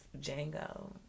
Django